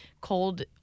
cold